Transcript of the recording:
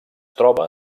troba